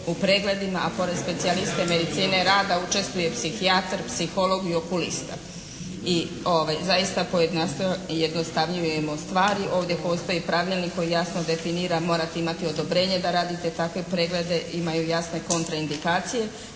u pregledima, a pored specijaliste medicine rada učestvuje psihijatar, psiholog i okulista i zaista pojednostavljujemo stvari. Ovdje postoji pravilnik koji jasno definira morate imati odobrenje da radite takve preglede imaju jasne kontra indikacije,